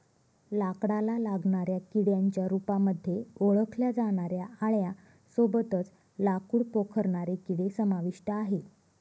लाकडाला लागणाऱ्या किड्यांच्या रूपामध्ये ओळखल्या जाणाऱ्या आळ्यां सोबतच लाकूड पोखरणारे किडे समाविष्ट आहे